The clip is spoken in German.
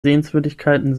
sehenswürdigkeiten